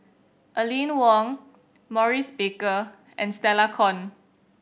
Aline Wong Maurice Baker and Stella Kon